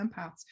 empaths